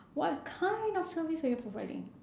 what kind of service are you providing